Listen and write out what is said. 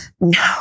No